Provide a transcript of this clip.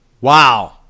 Wow